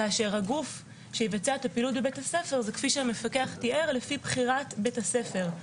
כאשר הגוף שיבצע את הפעילות בבית הספר הוא לפי בחירת בית הספר.